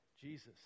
Jesus